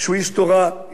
איש חסד,